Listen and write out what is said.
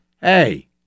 hey